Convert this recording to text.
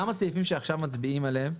גם הסעיפים שעכשיו מצביעים עליהם,